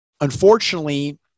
unfortunately